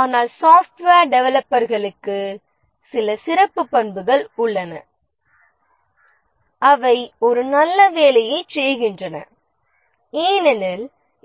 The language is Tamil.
ஆனால் சாப்ட்வேர் டெவலப்பர்களுக்கு சில சிறப்பு பண்புகள் உள்ளன அவை ஒரு நல்ல வேலையைச் செய்கின்றன ஏனெனில்